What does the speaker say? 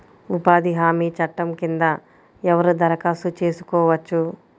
ఉపాధి హామీ చట్టం కింద ఎవరు దరఖాస్తు చేసుకోవచ్చు?